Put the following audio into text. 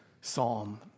psalm